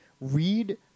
Read